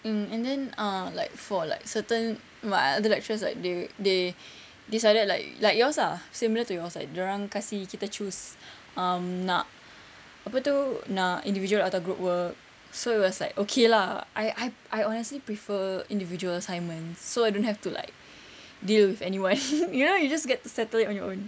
um and then uh like for like certain my other lecturers like they they decided like like yours ah similar to yours like dorang kasi kita choose um nak apa tu nak individual atau group work so it was like okay lah I I honestly prefer individual assignments so I don't have to like deal with anyone you know you just get to settle it on your own